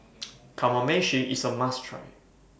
Kamameshi IS A must Try